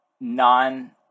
non